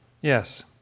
Yes